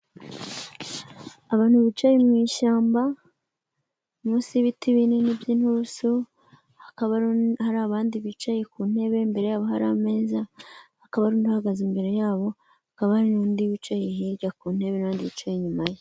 Abantu bicaye mu ishyamba munsi y'ibiti binini by'inturusu hakaba hari abandi bicaye ku ntebe imbere yabo hari ameza, akaba hari undi uhagaze imbere yabo, hakaba n'undi wicaye hirya ku ntebe n'abandi bicaye inyuma ye.